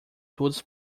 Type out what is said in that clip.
todos